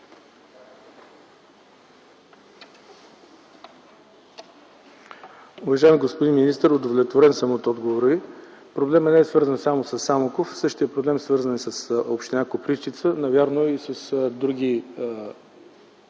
Уважаеми господин министър, удовлетворен съм от отговора Ви. Проблемът не е свързан само със Самоков. Същият проблем е свързан и с община Копривщица, а навярно и с други